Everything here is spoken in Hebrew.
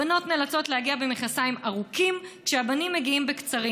הבנות נאלצות להגיע במכנסיים ארוכים כשהבנים מגיעים בקצרים.